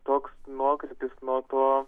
toks nuokrypis nuo to